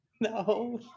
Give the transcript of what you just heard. No